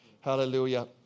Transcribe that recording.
Hallelujah